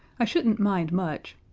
i shouldn't mind much.